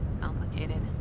complicated